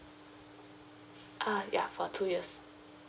uh ya for two years